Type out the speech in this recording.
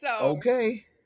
Okay